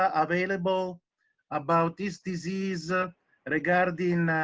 ah available about this disease ah and regarding